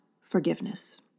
forgiveness